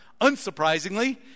unsurprisingly